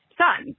son